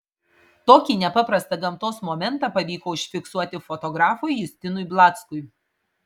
tokį nepaprastą gamtos momentą pavyko užfiksuoti fotografui justinui blackui